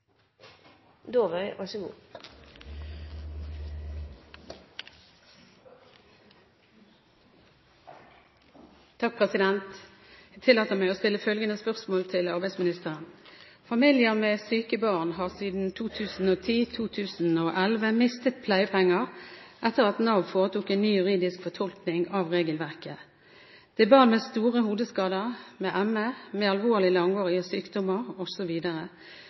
til arbeidsministeren: «Familier med syke barn har siden 2010/2011 mistet pleiepenger etter at Nav foretok en ny juridisk fortolkning av regelverket. Det er barn med store hodeskader, med ME, med alvorlig langvarige sykdommer